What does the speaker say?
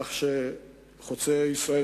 כך שחוצה-ישראל,